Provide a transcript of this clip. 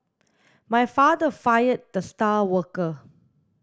my father fired the star worker